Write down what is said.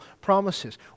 promises